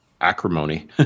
Acrimony